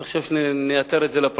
אני חושב שנייתר את זה לפרוטוקול.